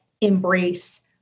embrace